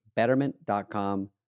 Betterment.com